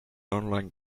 online